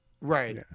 Right